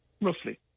roughly